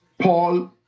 Paul